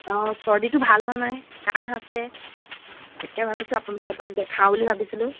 অ' চৰ্দিটো ভাল হোৱা নাই কাঁহ আছে তাকে ভাবিছো আপোনাক এবাৰ দেখাওঁ বুলি ভাবিছিলো